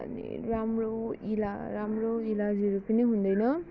अनि राम्रो इलाज राम्रो इलाजहरू पनि हुँदैन